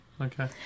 Okay